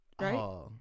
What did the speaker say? right